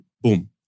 boom